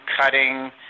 cutting